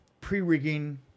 pre-rigging